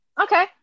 Okay